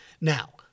Now